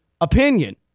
opinion